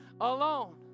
alone